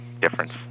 difference